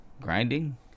grinding